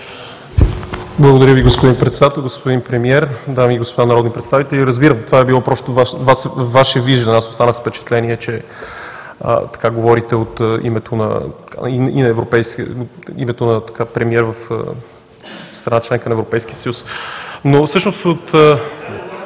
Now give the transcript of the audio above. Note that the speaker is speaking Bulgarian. Благодаря Ви, господин Председател! Господин Премиер, дами и господа народни представители, разбирам, това е било просто Ваше виждане. Аз останах с впечатление, че говорите от името на премиер в страна-членка на Европейския съюз. СТАНИСЛАВ